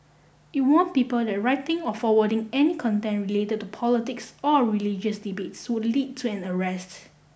it warned people that writing or forwarding any content related to politics or religious debates would lead to an arrests